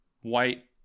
white